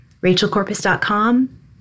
RachelCorpus.com